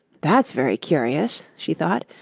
that's very curious she thought.